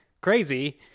crazy